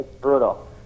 brutal